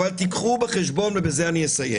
אבל תיקחו בחשבון ובזה אני אסיים